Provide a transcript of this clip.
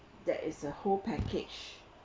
that is a whole package